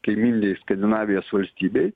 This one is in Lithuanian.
kaimyninėj skandinavijos valstybėj